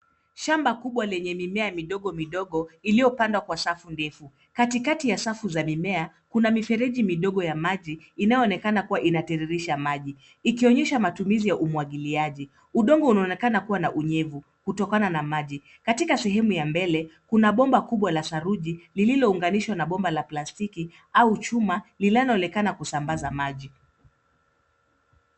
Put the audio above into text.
Shamba kubwa lenye mimea midogo midogo iliyopandwa kwa safu ndefu. Katikati ya safu za mimea kuna mifereji midogo ya maji inayoonekana kuwa inatiririsha maji ikionyesha matumizi ya umwagiliaji. Udongo unaonekana kuwa na unyevu kutokana na maji. Katika sehemu ya mbele kuna bomba kubwa la saruji lililounganishwa na bomba la plastiki au chuma linaloonekana kusambaza maji.